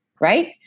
right